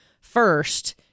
first